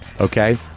Okay